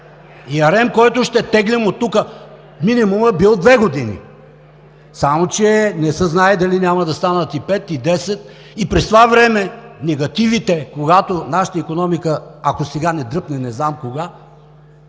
Ярем, който ще теглим оттук… Минимумът бил две години, само че не се знае дали няма да станат и пет, и десет, и през това време негативите, които нашата икономика, ако сега не дръпне, не знам кога,